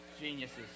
Geniuses